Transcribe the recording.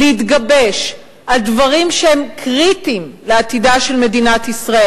לירות עליהם תוך כדי הפגנה נגד אלימות?